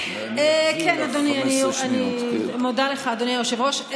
אני מודה לך, אדוני היושב-ראש.